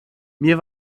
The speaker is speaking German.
mir